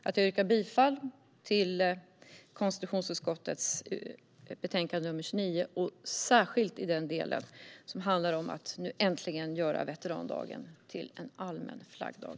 Jag yrkar bifall till utskottets förslag i konstitutionsutskottets betänkande nr 29, särskilt i den del som handlar om att äntligen göra veterandagen till en allmän flaggdag.